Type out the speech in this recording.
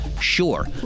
sure